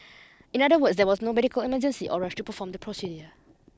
in other words there was no medical emergency or rush to perform the procedure